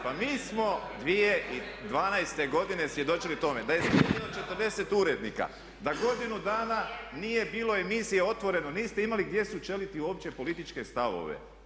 Pa mi smo 2012. godine svjedočili tome da je isključeno 40 urednika, da godinu dana nije bilo emisije „Otvoreno“, niste imali gdje sučeliti uopće političke stavove.